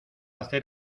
hacer